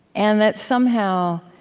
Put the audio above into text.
and that, somehow,